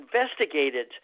investigated